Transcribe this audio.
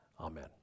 Amen